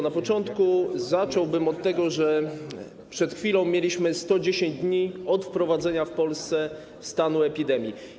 Na początku zacząłbym od tego, że przed chwilą minęło 110 dni od wprowadzenia w Polsce stanu epidemii.